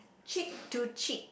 cheek to cheek